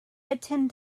attend